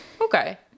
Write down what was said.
okay